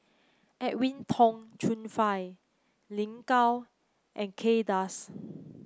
Edwin Tong Chun Fai Lin Gao and Kay Das